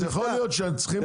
אז יכול להיות שהם צריכים לתת.